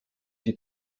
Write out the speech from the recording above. die